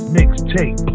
Mixtape